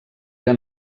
era